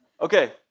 Okay